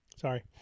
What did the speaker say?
Sorry